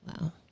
Wow